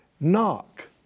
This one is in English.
Knock